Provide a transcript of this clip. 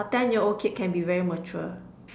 a ten year old kid can be very mature